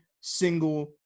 single